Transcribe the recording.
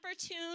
opportune